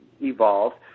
evolved